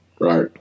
right